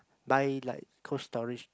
buy like Cold Storage